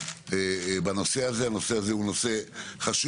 הרי צריך להחזיק עיר,